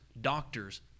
doctors